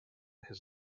his